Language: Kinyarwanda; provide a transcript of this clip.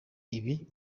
ibi